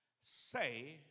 say